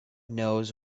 knows